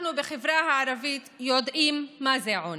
אנחנו בחברה הערבית יודעים מה זה עוני.